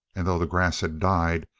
and though the grass had died,